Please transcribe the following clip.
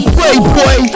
Playboy